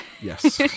Yes